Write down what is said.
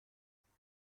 امروز